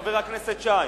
חבר הכנסת שי,